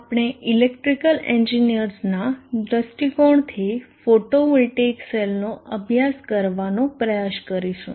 આપણે ઈલેક્ટ્રીકલ એન્જીનીયર્સના દૃષ્ટિકોણથી ફોટોવોલ્ટેઇક સેલનો અભ્યાસ કરવાનો પ્રયાસ કરીશું